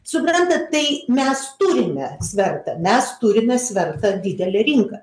suprantat tai mes turime svertą mes turime svertą didelę rinką